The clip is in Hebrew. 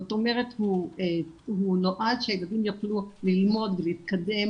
זאת אומרת הוא נועד שילדים יוכלו ללמוד ולהתקדם